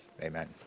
amen